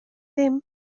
ddim